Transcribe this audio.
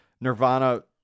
Nirvana